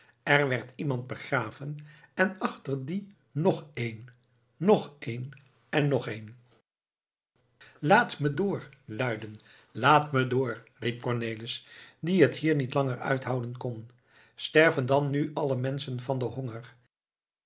er werd iemand begraven en achter die nog een nog een en nog een laat me door luiden laat me door riep cornelis die het hier niet langer uithouden kon sterven dan nu alle menschen van den honger